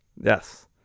Yes